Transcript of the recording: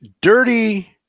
dirty